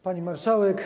Pani Marszałek!